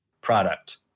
product